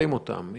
אם